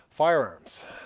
Firearms